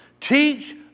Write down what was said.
Teach